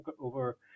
over